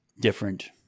different